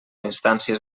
instàncies